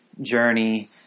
journey